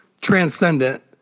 transcendent